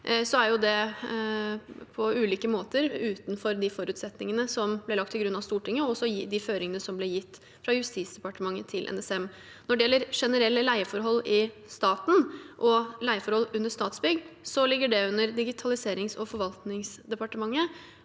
og det er på ulike måter utenfor de forutsetningene som ble lagt til grunn av Stortinget, og de føringene som ble gitt fra Justis- og beredskapsdepartementet til NSM. Når det gjelder generelle leieforhold i staten og leieforhold under Statsbygg, ligger det under Digitaliserings- og forvaltningsdepartementet